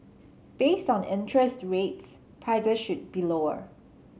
based on interest rates prices should be lower